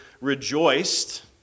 rejoiced